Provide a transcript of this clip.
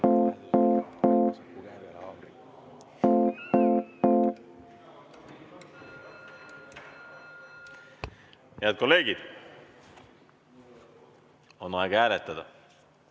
Head kolleegid, on aeg hääletada.